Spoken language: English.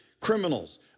criminals